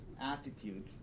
attitude